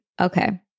Okay